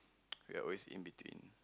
we're always in between